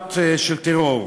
חממות של טרור.